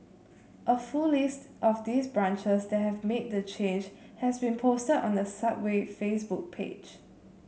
a full list of these branches that have made the change has been posted on the Subway Facebook page